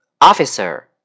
Officer